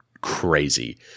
crazy